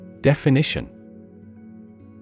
Definition